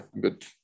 good